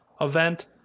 event